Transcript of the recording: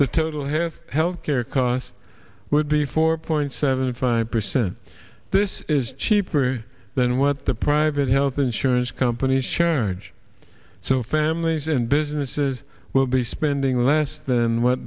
the total have health care costs would be four point seven five percent this is cheaper than what the private health insurance companies charge so families and businesses will be spending less than what